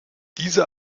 diese